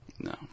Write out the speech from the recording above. No